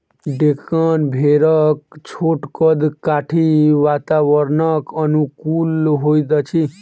डेक्कन भेड़क छोट कद काठी वातावरणक अनुकूल होइत अछि